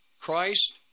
Christ